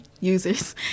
users